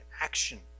action